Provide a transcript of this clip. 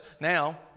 now